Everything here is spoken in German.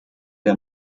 der